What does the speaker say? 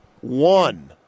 One